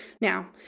Now